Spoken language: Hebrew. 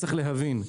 צריך להבין,